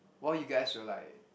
while you guys will like